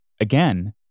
again